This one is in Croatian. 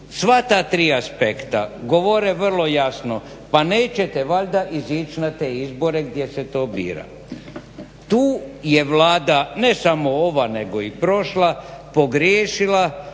Sva ta tri aspekta govore vrlo jasno, pa nećete valjda izići na te izbore gdje se to bira. Tu je Vlada, ne samo ova nego i prošla, pogriješila,